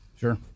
sure